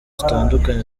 zitandukanye